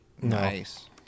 Nice